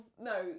No